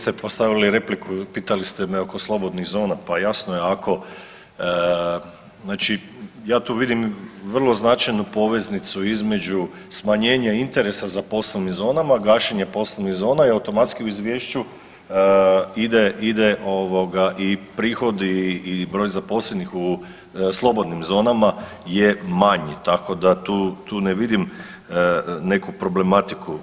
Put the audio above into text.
Znači vi ste postavili repliku pitali ste me oko slobodnih zona, pa jasno je ako znači ja tu vidim vrlo značajnu poveznicu između smanjenja interesa za poslovnim zonama, gađenje poslovnih zona i automatski u izvješću ide i prihodi i broj zaposlenih u slobodnim zonama je manji, tako da tu ne vidim neku problematiku.